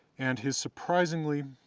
and his surprisingly,